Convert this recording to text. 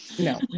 No